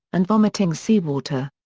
and vomiting seawater.